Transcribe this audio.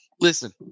Listen